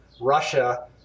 Russia